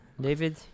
David